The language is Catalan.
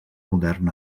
modern